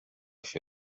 się